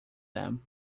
them